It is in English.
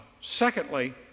Secondly